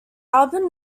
album